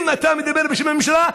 אם אתה מדבר בשם הממשלה,